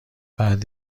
بعد